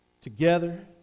together